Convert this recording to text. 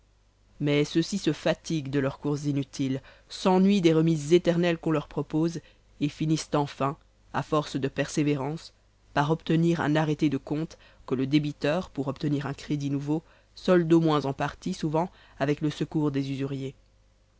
mais ceux-ci se fatiguent de leurs courses inutiles s'ennuyent des remises éternelles qu'on leur propose et finissent enfin à force de persévérance par obtenir un arrêté de compte que le débiteur pour obtenir un crédit nouveau solde au moins en partie souvent avec le secours des usuriers